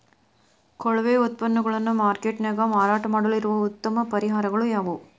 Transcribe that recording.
ಕೊಳೆವ ಉತ್ಪನ್ನಗಳನ್ನ ಮಾರ್ಕೇಟ್ ನ್ಯಾಗ ಮಾರಾಟ ಮಾಡಲು ಇರುವ ಉತ್ತಮ ಪರಿಹಾರಗಳು ಯಾವವು?